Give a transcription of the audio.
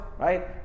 right